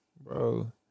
Bro